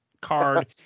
card